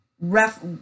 ref